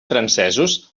francesos